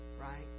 Right